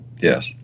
Yes